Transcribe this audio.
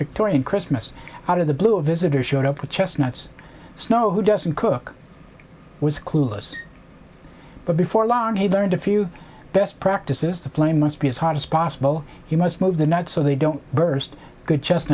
victorian christmas out of the blue a visitor showed up with chestnuts snow who doesn't cook was clueless but before long he learned a few best practices the plane must be as hot as possible you must move the not so they don't burst good just